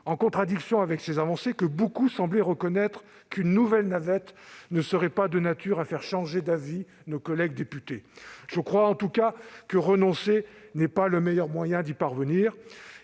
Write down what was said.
en contradiction avec ces avancées que beaucoup semblaient reconnaître, qu'une nouvelle navette parlementaire ne serait pas de nature à faire changer d'avis nos collègues députés. Je crois, pour ma part, que renoncer n'est pas le meilleur moyen d'y parvenir.